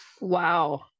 Wow